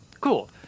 cool